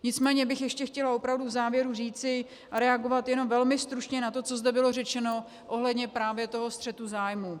Nicméně bych ještě chtěla v závěru říci a reagovat jenom velmi stručně na to, co zde bylo řečeno ohledně právě toho střetu zájmů.